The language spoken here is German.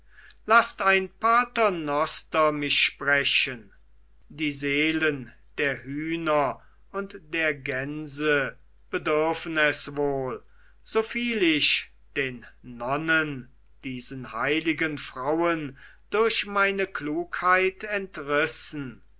laßt ein paternoster mich sprechen die seelen der hühner und der gänse bedürfen es wohl soviel ich den nonnen diesen heiligen frauen durch meine klugheit entrissen